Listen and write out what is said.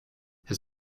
his